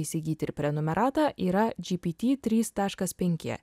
įsigyti ir prenumeratą yra gpt trys taškas penki